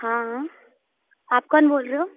हाँ हाँ आप कौन बोल रहे हो